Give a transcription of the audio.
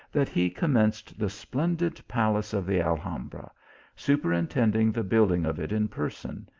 that he commenced the splendid palace of the alhambra superintending the build ing of it in person,